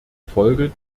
folge